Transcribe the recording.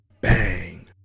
bang